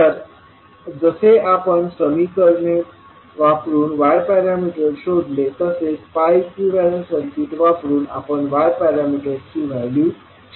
तर जसे आपण समीकरणे वापरुन y पॅरामीटर्स शोधले तसेच pi इक्विवेलेंट सर्किट वापरुन आपण y पॅरामीटर्सची व्हॅल्यू शोधू